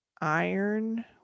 iron